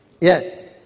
yes